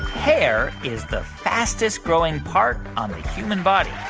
hair is the fastest-growing part on the human body?